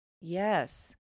yes